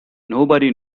nobody